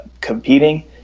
competing